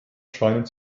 scheinen